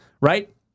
right